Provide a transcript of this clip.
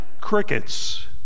Crickets